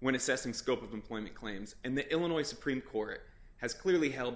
when assessing scope of employment claims and the illinois supreme court has clearly held